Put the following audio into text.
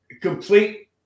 complete